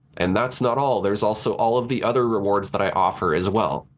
and that's not all, there's also all of the other rewards that i offer as well.